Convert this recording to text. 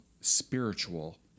spiritual